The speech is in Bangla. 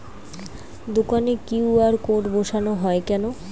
দোকানে কিউ.আর কোড বসানো হয় কেন?